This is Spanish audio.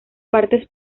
partes